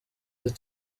izi